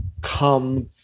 come